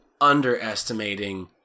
underestimating